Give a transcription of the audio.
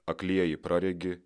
aklieji praregi